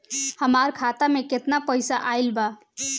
हमार खाता मे केतना पईसा आइल बा?